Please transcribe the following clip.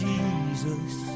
Jesus